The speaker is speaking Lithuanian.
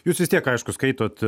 jūs vis tiek aišku skaitot